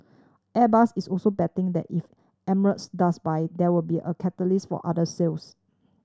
airbus is also betting that if Emirates does buy there will be a catalyst for other sales